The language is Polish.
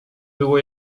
było